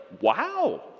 wow